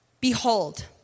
Behold